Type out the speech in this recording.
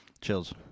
chills